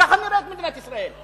ככה נראית מדינת ישראל.